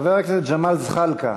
חבר הכנסת ג'מאל זחאלקה,